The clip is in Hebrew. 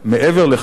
מעבר לכך,